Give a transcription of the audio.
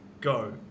go